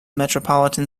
metropolitan